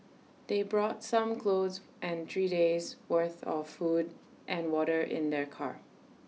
they brought some clothes and three days' worth of food and water in their car